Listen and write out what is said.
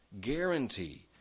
guarantee